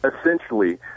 Essentially